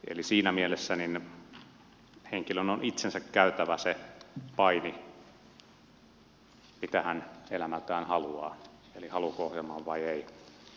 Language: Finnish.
eli siinä mielessä henkilön on itsensä käytävä se paini mitä hän elämältään haluaa haluaako ohjelmaan vai ei